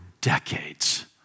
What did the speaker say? decades